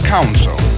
Council